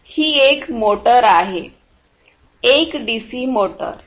ही एक मोटर आहे एक डीसी मोटर